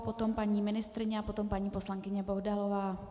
Potom paní ministryně a potom paní poslankyně Bohdalová.